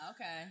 Okay